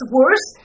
worse